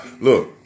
Look